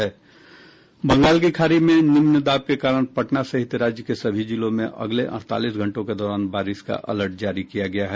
बंगाल की खाड़ी में निम्न दबाव के कारण पटना सहित राज्य के सभी जिलों में अगले अड़तालीस घंटों के दौरान बारिश का अलर्ट जारी किया गया है